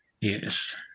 Yes